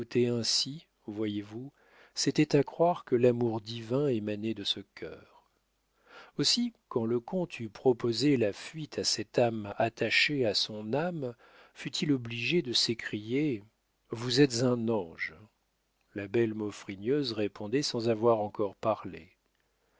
ainsi voyez-vous c'était à croire que l'amour divin émanait de ce cœur aussi quand le comte eut proposé la fuite à cette âme attachée à son âme fut-il obligé de s'écrier vous êtes un ange la belle maufrigneuse répondait sans avoir encore parlé